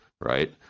right